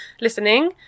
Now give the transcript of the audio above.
listening